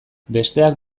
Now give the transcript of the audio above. besteak